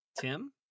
Tim